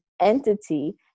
entity